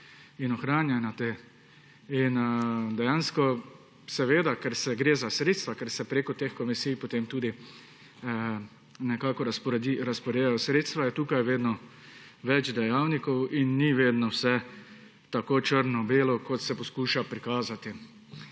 in ohranjanja le-te. Ker gre za sredstva, ker se preko teh komisij potem tudi razporejajo sredstva, je tu vedno več dejavnikov in ni vedno vse tako črno-belo, kot se poskuša prikazati.